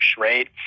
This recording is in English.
right